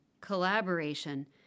collaboration